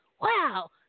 wow